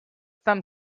some